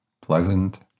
pleasant